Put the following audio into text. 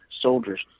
soldiers